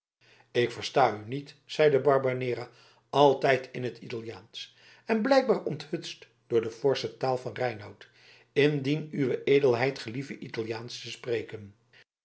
ik versta u niet zeide barbanera altijd in t italiaansch en blijkbaar onthutst door de forsche taal van reinout indien uwe edelheid geliefde italiaansch te spreken